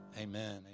amen